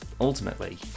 ultimately